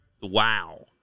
wow